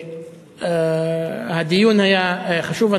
הדיון היה חשוב.